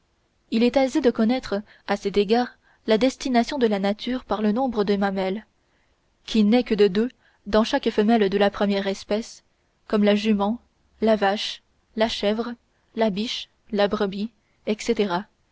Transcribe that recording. il est aisé de connaître à cet égard la destination de la nature par le nombre des mamelles qui n'est que de deux dans chaque femelle de la première espèce comme la jument la vache la chèvre la biche la brebis etc et